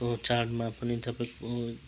को चाडमा पनि तपाईँको